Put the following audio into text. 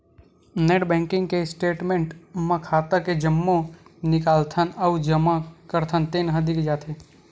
net banking के statement म खाता के जम्मो निकालथन अउ जमा करथन तेन ह दिख जाथे